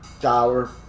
dollar